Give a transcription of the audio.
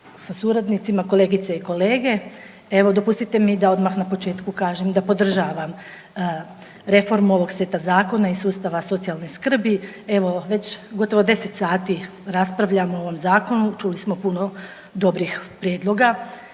sa suradnicima, kolegice i kolege, evo dopustite mi da odmah na početku kažem da podržavam reformu ovog seta zakona i sustava socijalne skrbi. Evo već gotovo 10 sati raspravljamo o ovom zakonu, čuli smo puno dobrih prijedloga